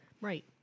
Right